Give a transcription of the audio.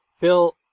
Bill